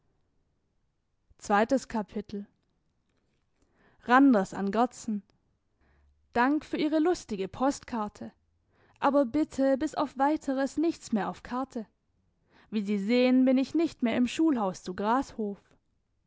randers an gerdsen dank für ihre lustige postkarte aber bitte bis auf weiteres nichts mehr auf karte wie sie sehen bin ich nicht mehr im schulhaus zu grashof